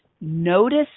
notice